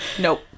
Nope